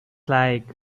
like